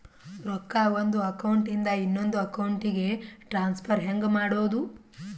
ರೊಕ್ಕ ಒಂದು ಅಕೌಂಟ್ ಇಂದ ಇನ್ನೊಂದು ಅಕೌಂಟಿಗೆ ಟ್ರಾನ್ಸ್ಫರ್ ಹೆಂಗ್ ಮಾಡೋದು?